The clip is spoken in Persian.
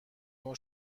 نوع